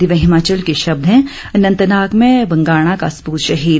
दिव्य हिमाचल के शब्द हैं अनंतनाग में बंगाणा का सपूत शहीद